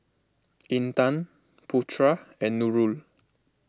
Intan Putra and Nurul